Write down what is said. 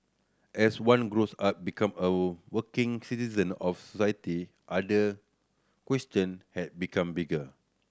as one grows up become of working citizen of society other question had become bigger